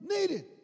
needed